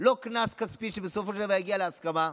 לא קנס כספי שבסופו של דבר יגיע להסכמה,